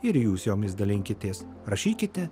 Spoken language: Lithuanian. ir jūs jomis dalinkitės rašykite